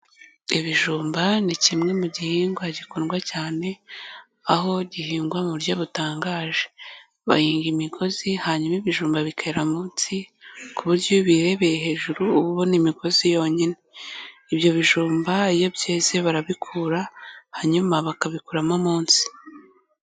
Ibijumba ni kimwe mu gihingwa gikundwa cyane, aho gihingwa mu buryo butangaje, bahinga imigozi hanyuma ibijumba bikera munsi, ku buryo iyo ubirebeye hejuru uba ubona imigozi yonyine, ibyo bijumba iyo byeze barabikura, hanyuma bakabikuramo munsi.